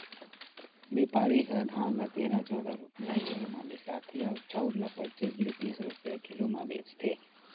बेपारी ह धान ल तेरा, चउदा रूपिया किलो म बिसाथे अउ चउर ल पचीस ले तीस रूपिया किलो म बेचथे